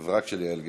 אז רק של יעל גרמן.